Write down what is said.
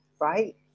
Right